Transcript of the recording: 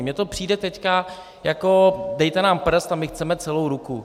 Mně to přijde teď jako dejte nám prst a my chceme celou ruku.